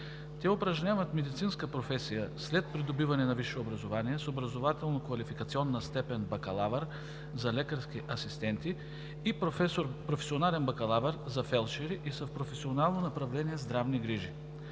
Те упражняват медицинска професия след придобиване на висше образование с образователно квалификационна степен „бакалавър“ за лекарски асистенти и „професионален бакалавър“ за фелдшери и са в професионално направление „Здравни грижи“.